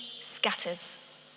scatters